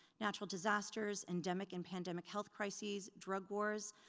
natural disasters, endemic and pandemic health crises, drugs wars,